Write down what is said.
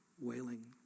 wailing